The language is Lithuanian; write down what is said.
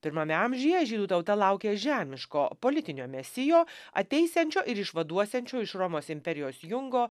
pirmame amžiuje žydų tauta laukė žemiško politinio mesijo ateisiančio ir išvaduosiančio iš romos imperijos jungo